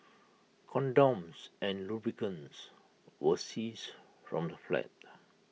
condoms and lubricants were seized from the flat